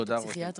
תודה, רותם.